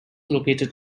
located